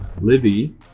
Livy